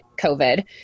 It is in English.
COVID